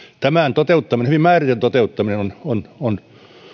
tämän ohjelman hyvin määrätietoinen toteuttaminen on on